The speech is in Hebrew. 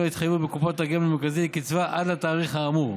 ההתחייבויות בקופת גמל מרכזית לקצבה עד לתאריך האמור.